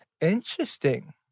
Interesting